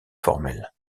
formelle